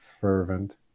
fervent